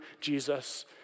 Jesus